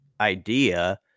idea